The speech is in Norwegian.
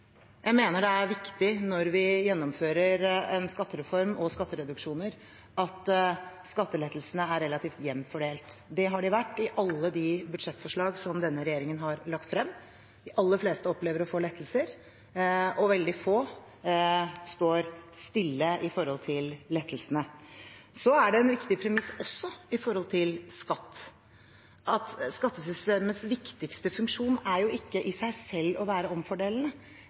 Jeg mener det er viktig, når vi gjennomfører en skattereform og skattereduksjoner, at skattelettelsene er relativt jevnt fordelt. Det har de vært i alle de budsjettforslag som denne regjeringen har lagt frem. De alle fleste opplever å få lettelser, og veldig få står stille med tanke på lettelsene. Det er også en veldig viktig premiss når det gjelder skatt, at skattesystemets viktigste funksjon ikke i seg selv er å være omfordelende,